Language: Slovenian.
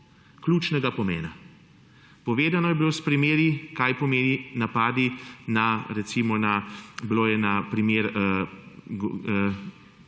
ključnega pomena. Povedano je bilo s primeri, kaj pomeni napadi na recimo na … bilo je na primer